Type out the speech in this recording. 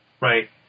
right